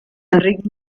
enric